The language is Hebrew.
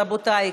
רבותיי,